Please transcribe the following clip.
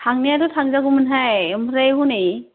थांनायाथ' थांजागौमोनहाय आमफ्राय हनै